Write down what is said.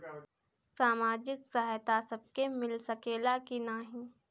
सामाजिक सहायता सबके मिल सकेला की नाहीं?